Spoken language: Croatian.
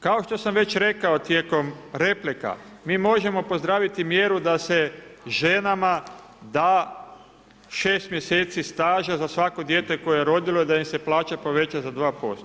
Kao što sam već rekao tijekom replika, mi možemo pozdraviti mjeru da se ženama da 6 mjeseci staža za svako dijete koje je rodila i da im se plaća poveća za 2%